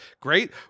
Great